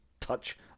touch